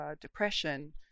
depression